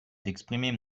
d’exprimer